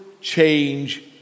change